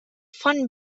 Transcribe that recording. font